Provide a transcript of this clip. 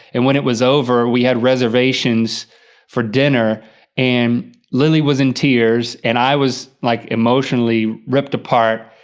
and when it was over, we had reservations for dinner and lily was in tears, and i was like, emotionally ripped apart.